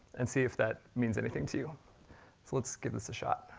and see if that means anything to you. so let's give this a shot.